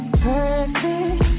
perfect